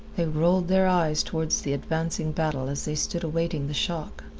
they rolled their eyes toward the advancing battle as they stood awaiting the shock.